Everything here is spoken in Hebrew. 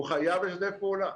הוא חייב לשתף פעולה.